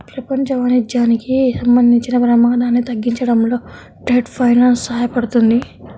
ప్రపంచ వాణిజ్యానికి సంబంధించిన ప్రమాదాన్ని తగ్గించడంలో ట్రేడ్ ఫైనాన్స్ సహాయపడుతుంది